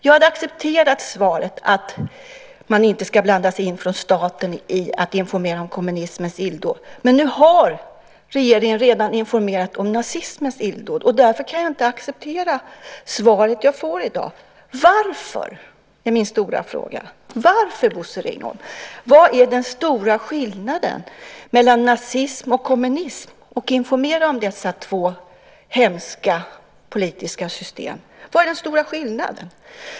Jag hade accepterat svaret att staten inte ska blanda sig i när det gäller att informera om kommunismens illdåd. Men nu har regeringen redan informerat om nazismens illdåd, och därför kan jag inte acceptera svaret jag får i dag. Varför? är min stora fråga till Bosse Ringholm. Vad är den stora skillnaden mellan nazism och kommunism när det gäller att informera om dessa två hemska politiska system? Vad är den stora skillnaden?